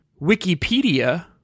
Wikipedia